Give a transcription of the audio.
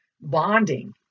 Bonding